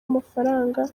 amafaranga